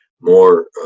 more